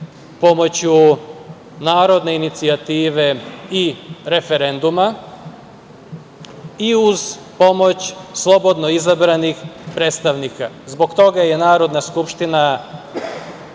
pomoću narodne inicijative i referenduma i uz pomoć slobodno izabranih predstavnika. Zbog toga je Narodna skupština